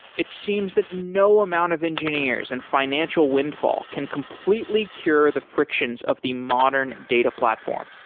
it seems that no amount of engineers and financial windfall can completely cure the frictions of the modern data platform.